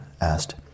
asked